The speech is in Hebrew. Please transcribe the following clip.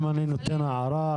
אם אני מעיר הערה,